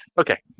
Okay